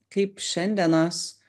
kaip šiandienos